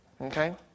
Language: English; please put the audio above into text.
okay